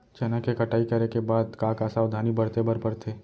चना के कटाई करे के बाद का का सावधानी बरते बर परथे?